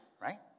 right